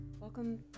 Welcome